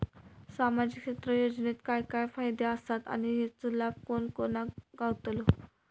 सामजिक क्षेत्र योजनेत काय काय फायदे आसत आणि हेचो लाभ कोणा कोणाक गावतलो?